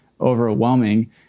overwhelming